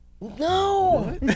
No